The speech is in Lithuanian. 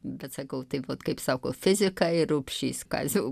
bet sakau taip vat kaip sako fizika ir rupšys kazio